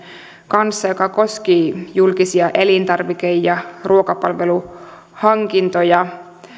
kanssa joka koski julkisia elintarvike ja ruokapalveluhankintoja